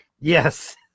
Yes